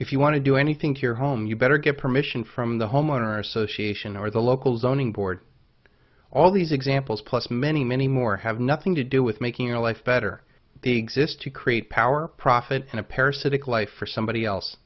if you want to do anything to your home you better get permission from the homeowner association or the local zoning board all these examples plus many many more have nothing to do with making your life better be exist to create power profit and a parasitic life for somebody else